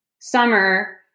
summer